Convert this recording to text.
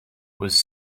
was